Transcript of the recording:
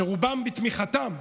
שרובם, בתמיכתם,